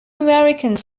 americans